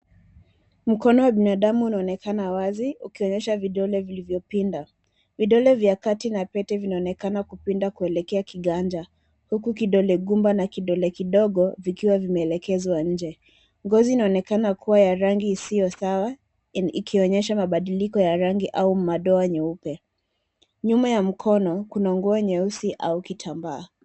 Mkono wa binadamu unaonekana wazi ukionyesha vidole vilivyopinda. Vidole vya kati na pete vinaonekana kupinda kuelekea kiganja. Huku kidole gumba na kidole kidogo vikiwa vimeelekezwa nje. Ngozi inaonekana kuwa ya rangi isiyo sawa ikionyesha mabidiliko ya rangi au madoa nyeupe. Nyuma ya mkono kuna nguo nyeusi au kitambaa.